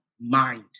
mind